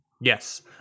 Yes